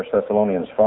Thessalonians